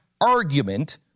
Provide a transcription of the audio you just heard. argument